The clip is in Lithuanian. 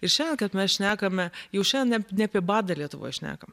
ir šiandien kad mes šnekame jau šiandien ne apie badą lietuvoje šnekam